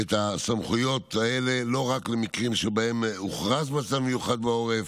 את הסמכויות האלה לא רק למקרים שבהם הוכרז מצב מיוחד בעורף,